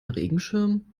regenschirm